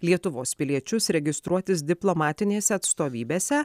lietuvos piliečius registruotis diplomatinėse atstovybėse